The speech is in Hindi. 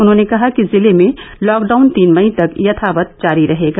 उन्होंने कहा कि जिले में लॉकडाउन तीन मई तक यथावत जारी रहेगा